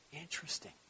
Interesting